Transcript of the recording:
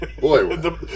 Boy